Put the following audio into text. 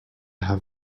have